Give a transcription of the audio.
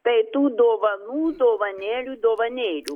tai tų dovanų dovanėlių dovanėlių